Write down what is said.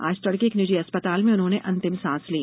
आज तडके एक निजी अस्पताल में उन्होंने अंतिम सांस ली